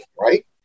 right